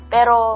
Pero